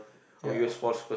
ya